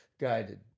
Guided